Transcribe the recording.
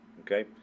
okay